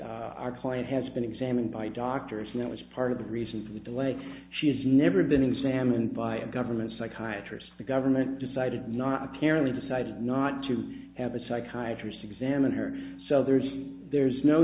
that our client has been examined by doctors and that was part of the reason for the delay she has never been examined by a government psychiatry the government decided not apparently decided not to have a psychiatrist examine her so there's there's no